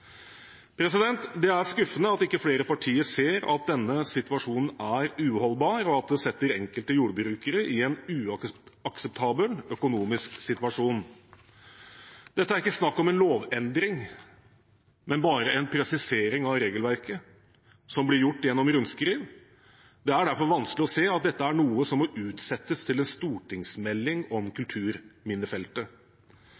Det er skuffende at ikke flere partier ser at denne situasjonen er uholdbar, og at det setter enkelte jordbrukere i en uakseptabel økonomisk situasjon. Dette er ikke snakk om en lovendring, men bare en presisering av regelverket, som blir gjort gjennom rundskriv. Det er derfor vanskelig å se at dette er noe som må utsettes til en stortingsmelding om